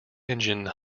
engine